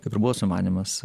kaip ir buvo sumanymas